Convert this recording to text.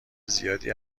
زیادی